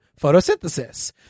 photosynthesis